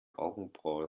augenbraue